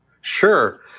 Sure